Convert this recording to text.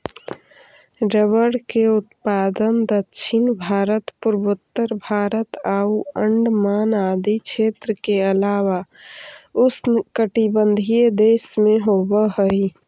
rubber के उत्पादन दक्षिण भारत, पूर्वोत्तर भारत आउ अण्डमान आदि क्षेत्र के अलावा उष्णकटिबंधीय देश में होवऽ हइ